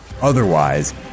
Otherwise